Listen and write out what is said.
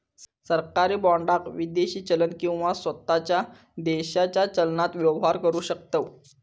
सरकारी बाँडाक विदेशी चलन किंवा स्वताच्या देशाच्या चलनान व्यवहार करु शकतव